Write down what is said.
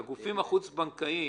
החוץ-בנקאיים,